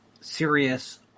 serious